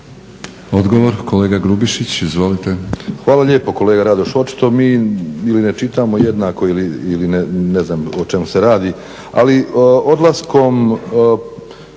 izvolite. **Grubišić, Boro (HDSSB)** Hvala lijepo kolega Radoš. Očito mi ili ne čitamo jednako ili ne znam o čemu se radi. Ali odlaskom